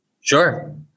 Sure